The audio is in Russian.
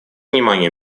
внимание